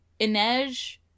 Inej